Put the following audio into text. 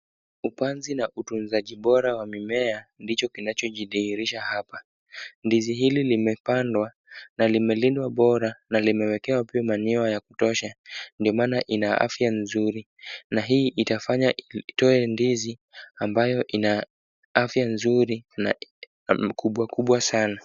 Upanzi na utunzaji bora wa mimea, ndicho kinachojidhihisha hapa. Ndizi hili limepandwa na limelindwa bora, na limewekewa pia manure ya kutosha, ndio maana ina afya nzuri, na hii itafanya itoe ndizi ambayo ina afya nzuri na kubwa kubwa sana.